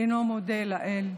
אינו מודה לאל,